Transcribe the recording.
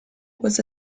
was